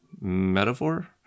metaphor